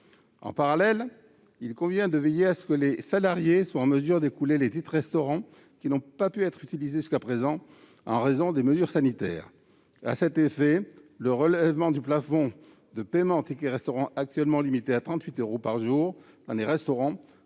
En parallèle, il convient de veiller à ce que les salariés soient en mesure d'écouler les titres-restaurants qui n'ont pas pu être utilisés jusqu'à présent, en raison des mesures sanitaires. À cet effet, le relèvement du plafond de paiement en tickets-restaurants, actuellement limité à 38 euros par jour dans les restaurants, constituerait une mesure